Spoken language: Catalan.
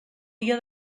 dia